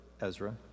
Ezra